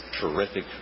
terrific